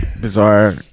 bizarre